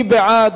מי בעד?